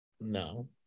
No